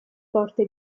porte